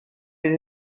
fydd